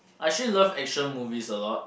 I actually love action movies a lot